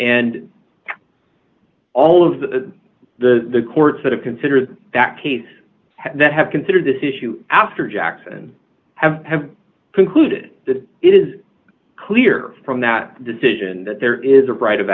and all of the the courts that have considered that case that have considered this issue after jackson have concluded that it is clear from that decision that there is a right of